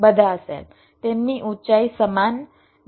બધા સેલ તેમની ઊંચાઈ સમાન નિશ્ચિત ઊંચાઈ હોવી જોઈએ